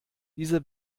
diese